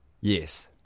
Yes